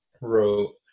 wrote